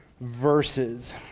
verses